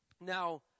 Now